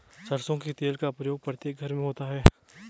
सरसों के तेल का प्रयोग प्रत्येक घर में होता है